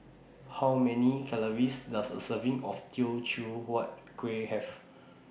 How Many Calories Does A Serving of Teochew Huat Kuih Have